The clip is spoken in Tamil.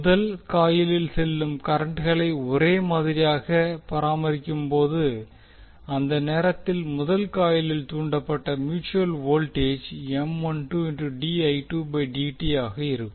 முதல் காயிலில் செல்லும் கரண்ட்களை ஒரே மாதிரியாக பராமரிக்கும் போது அந்த நேரத்தில் முதல் காயிலில் தூண்டப்பட்ட மியூட்சுவல் வோல்டேஜ் ஆக இருக்கும்